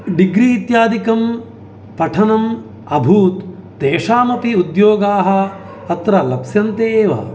degree इत्यादिकं पठनम् अभूत् तेषाम् अपि उद्योगाः अत्र लप्स्यन्ते एव